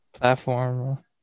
platform